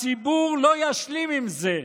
הציבור לא ישלים עם זה.